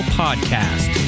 podcast